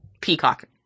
Peacock